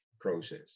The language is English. process